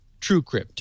TrueCrypt